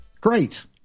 great